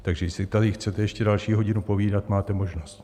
Takže jestli tady chcete ještě další hodinu povídat, máte možnost.